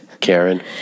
karen